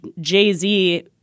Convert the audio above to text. Jay-Z